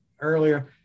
earlier